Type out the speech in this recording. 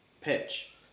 pitch